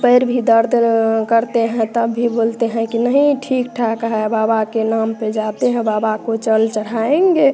पैर भी दर्द करते हैं तब भी बोलते हैं कि नहीं ठीक ठाक है बाबा के नाम पे जाते हैं बाबा को जल चढ़ाएंगे